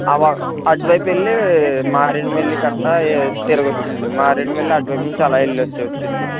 అటువైపు వెళ్లి మారేడుమిల్లి అట్ట తిరగ వచ్చండి మారేడుమిల్లి అటువైపు నుండి అలా వెళ్ళచ్చు అండి